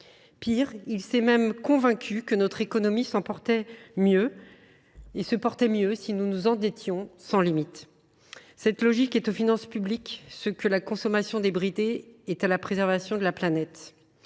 Pis, il s’est convaincu que notre économie se porterait mieux si nous nous endettions sans limites. Cette logique est aux finances publiques ce que la consommation débridée est à la préservation de la planète